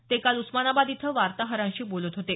ते काल उस्मानाबाद इथं वार्ताहतांशी बोलत होते